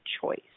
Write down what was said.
choice